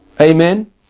Amen